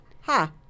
Ha